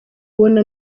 ubona